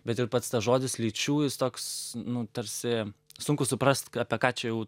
bet ir pats tas žodis lyčių jis toks nu tarsi sunku suprast apie ką čia jau